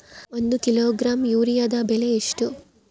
ಒಂದು ಕಿಲೋಗ್ರಾಂ ಯೂರಿಯಾದ ಬೆಲೆ ಎಷ್ಟು?